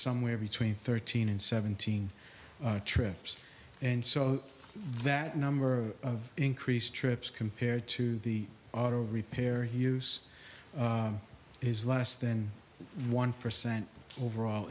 somewhere between thirteen and seventeen trips and so that number of increase trips compared to the auto repair use is less than one percent overall